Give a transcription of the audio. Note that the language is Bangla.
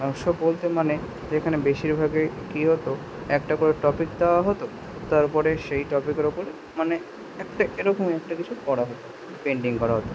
ওয়ার্কশপ বলতে মানে যেখানে বেশিরভাগে কি হতো একটা করে টপিক দেওয়া হতো তারপরে সেই টপিকের ওপরে মানে একটা এরকমই একটা কিছু করা হতো পেন্টিং করা হতো